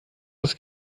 das